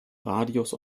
radius